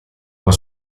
con